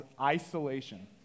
isolation